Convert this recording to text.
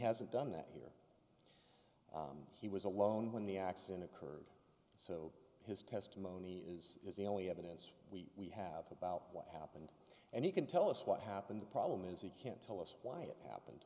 hasn't done that here he was alone when the accident occurred so his testimony is is the only evidence we have about what happened and he can tell us what happened the problem is he can't tell us why it happened